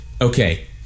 okay